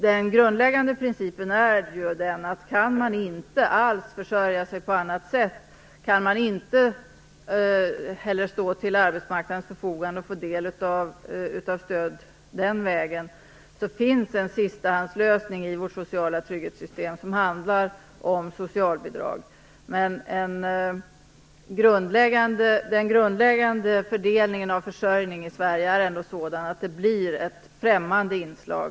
Den grundläggande principen är den att kan man inte alls försörja sig, kan man inte stå till arbetsmarknadens förfogande och få del av stöd den vägen, finns en sistahandslösning i vårt sociala trygghetssystem: socialbidrag. Sverige är sådan att den här typen av sociala stöd blir ett främmande inslag.